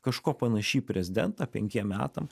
kažkuo panaši į prezidentą penkiem metam